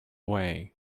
way